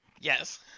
Yes